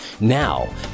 Now